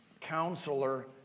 Counselor